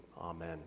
Amen